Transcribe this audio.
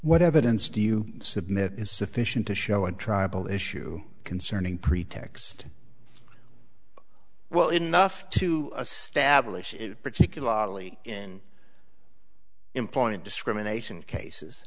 what evidence do you submit is sufficient to show a tribal issue concerning pretext well enough to establish it particularly in employment discrimination cases